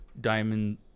Diamond